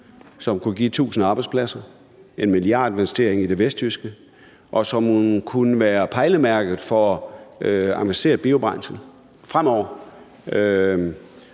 som kunne give 1.000 arbejdspladser, en milliardinvestering i det vestjyske, og som kunne være pejlemærke for avanceret biobrændsel fremover.